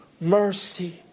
mercy